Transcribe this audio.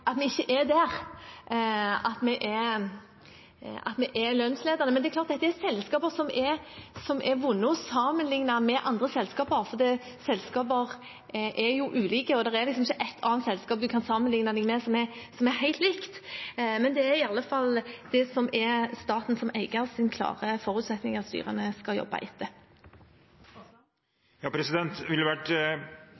er lønnsledende. Men dette er selskaper som er vanskelige å sammenligne med andre selskaper, for selskaper er ulike, og det er ikke ett annet selskap man kan sammenligne med som er helt likt. Men det er iallfall det som er den klare forutsetningen for staten som eier at styrene skal jobbe etter.